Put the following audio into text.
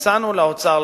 הצענו לאוצר,